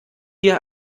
hier